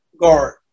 Guard